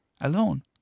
alone